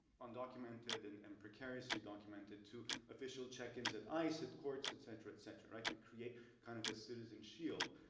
undocumented and and precariously documented, to official check-ins at ice, at courts, et cetera, et cetera, right, to create kind of a citizen shield.